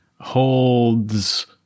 holds